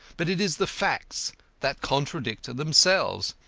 but it is the facts that contradict themselves.